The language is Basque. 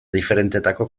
diferentetako